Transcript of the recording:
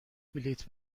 بلیط